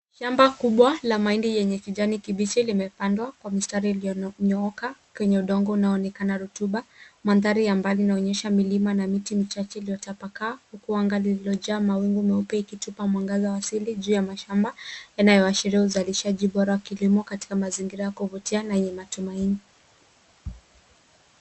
Shamba kubwa la mahindi yenye kijani kibichi limepandwa kwa mistari iliyonyooka kwenye udongo unaoonekana rutuba. Mandhari ya mbali inaonyesha milima na miti michache iliyotapakaa huku anga lililojaa mawingu meupe ikitupa mwangaza wa asili juu ya mashamba yanayoashiria uzalishaji bora wa kilimo katika mazingira ya kuvutia na yenye matumaini.